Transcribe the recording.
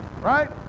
Right